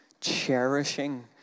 cherishing